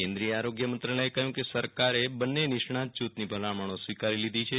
કેન્દ્રીય આરોગ્ય મંત્રાલયે કહ્યું સરકારે બંને નિષ્ણાત જૂથની ભલામણો સ્વીકારી લીધી છે